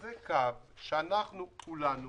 וזה קו שאנחנו כולנו